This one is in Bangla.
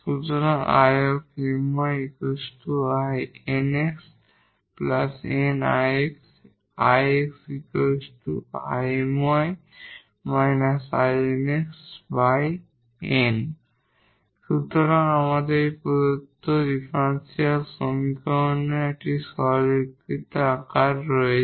সুতরাং সুতরাং আমাদের এটি প্রদত্ত ডিফারেনশিয়াল সমীকরণের একটি সরলীকৃত আকারে রয়েছে